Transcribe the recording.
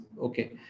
Okay